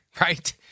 right